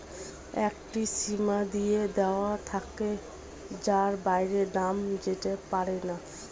একটি সীমা দিয়ে দেওয়া থাকে যার বাইরে দাম যেতে পারেনা